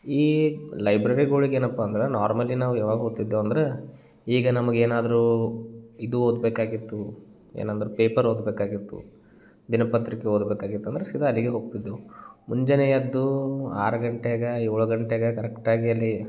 ಈ ಲೈಬ್ರೆರಿಗಳಿಗೇನಪ್ಪ ಅಂದ್ರೆ ನಾರ್ಮಲಿ ನಾವು ಯಾವಾಗ ಹೋಗ್ತಿದ್ದೆವು ಅಂದರೆ ಈಗ ನಮಗೇನಾದ್ರೂ ಇದು ಓದಬೇಕಾಗಿತ್ತು ಏನಂದ್ರೆ ಪೇಪರ್ ಓದಬೇಕಾಗಿತ್ತು ದಿನಪತ್ರಿಕೆ ಓದ್ಬೇಕಾಗಿತ್ತಂದ್ರೆ ಸೀದಾ ಅಲ್ಲಿಗೇ ಹೋಗ್ತಿದ್ದೆವು ಮುಂಜಾನೆ ಎದ್ದು ಆರು ಗಂಟೆಗೆ ಏಳು ಗಂಟೆಗೆ ಕರೆಕ್ಟ್ ಆಗಿ ಅಲ್ಲಿ